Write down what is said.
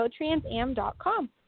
GoTransAm.com